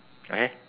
okay